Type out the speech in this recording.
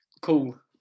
Cool